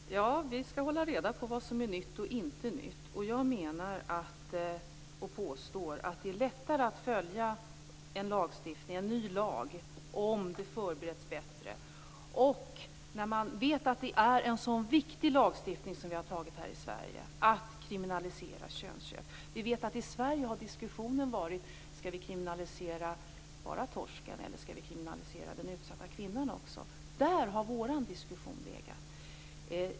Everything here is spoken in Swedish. Fru talman! Ja, vi skall hålla reda på vad som är nytt och inte nytt. Jag menar och påstår att det är lättare att följa en ny lag om den har förberetts bättre. Vi visste ju att det rörde sig om en väldigt viktig lagstiftning - att kriminalisera könsköp. I Sverige har diskussionen varit: Skall vi kriminalisera bara torsken, eller skall vi kriminalisera den utsatta kvinnan också? Där har vår diskussion legat.